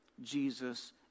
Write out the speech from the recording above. Jesus